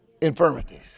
infirmities